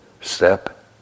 step